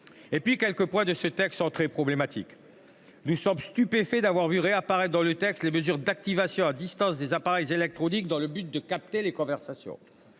ailleurs, quelques points de ce texte sont très problématiques. Nous sommes notamment stupéfaits d’avoir vu réapparaître les mesures d’activation à distance des appareils électroniques dans le but de capter les conversations.